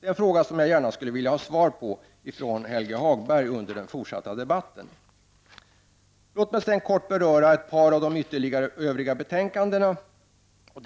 Det är frågor som jag gärna vill ha svar på från Helge Hagberg under den fortsatta debatten. Låt mig sedan beröra ett par av de övriga betänkandena. Ett